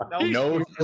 No